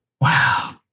Wow